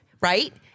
right